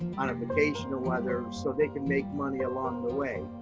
on a vacation or whether, so they can make money along the way.